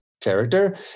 character